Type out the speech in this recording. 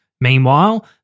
Meanwhile